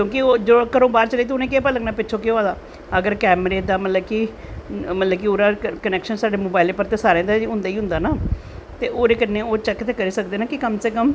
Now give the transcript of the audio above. क्योंकि जो घरों बाह्र गे न उनेंगी कहे पता लग्गनां ऐ कि घर केह् होआ दा ऐ केह् नेंई अगर कैमरें दा मतलव कि मतलव ओह्दा कनैक्शन ते मोवाईल पर सारैं दै होंदा गै होंदा ऐ ते ओह्दे कन्नैं ओह् चैक्क ते करी सकदे नै कि ओह्